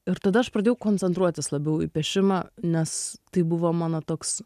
ir tada aš pradėjau koncentruotis labiau į piešimą nes tai buvo mano toks